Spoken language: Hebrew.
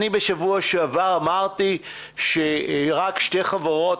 אני בשבוע שעבר אמרתי שרק שתי חברות,